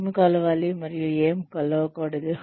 ఏమి కొలవాలి మరియు ఏమి కొలవకూడదు